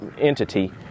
entity